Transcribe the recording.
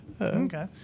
okay